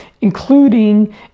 including